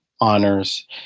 honors